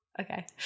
Okay